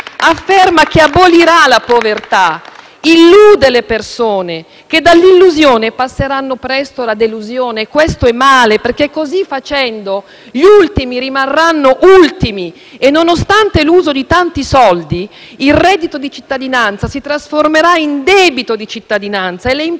afferma che abolirà la povertà, egli illude le persone, che dall'illusione passeranno presto alla delusione. E questo è male, perché, così facendo gli ultimi rimarranno ultimi e, nonostante l'uso di tanti soldi, il reddito di cittadinanza si trasformerà in debito di cittadinanza. Le imprese